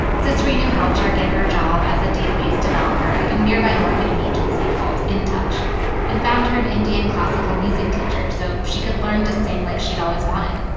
so srinu helped her get her job as a database developer at a nearby marketing agency called intouch and found her an indian classical music teacher so she could learn to sing like she'd always wanted.